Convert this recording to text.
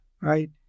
right